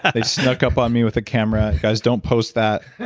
they snuck up on me with a camera. guys don't post that.